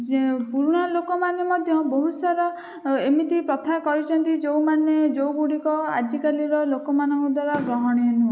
ଯେ ପୁରୁଣା ଲୋକମାନେ ମଧ୍ୟ ବହୁତ ସାରା ଏମିତି ପ୍ରଥା କରିଛନ୍ତି ଯେଉଁମାନେ ଯେଉଁଗୁଡ଼ିକ ଆଜିକାଲିର ଲୋକମାନଙ୍କ ଦ୍ୱାରା ଗ୍ରହଣୀୟ ନୁହେଁ